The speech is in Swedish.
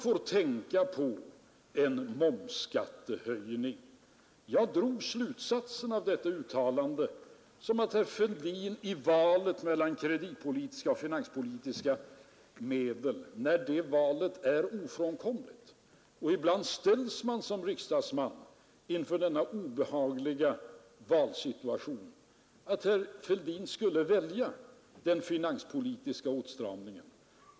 Av det uttalandet drog jag den slutsatsen att herr Fälldin i valet mellan kreditpolitiska och finanspolitiska medel, när det valet är ofrånkomligt — och ibland ställs man som riksdagsman inför denna obehagliga valsituation — skulle välja den finanspolitiska åtstramningen.